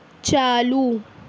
چالو